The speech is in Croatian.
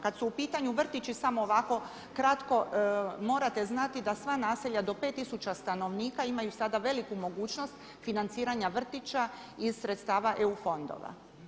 Kada su u pitanju vrtići samo ovako kratko, morate znati da sva naselja do 5 tisuća stanovnika imaju sada veliku mogućnost financiranja vrtića iz sredstava EU fondova.